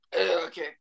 Okay